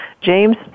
James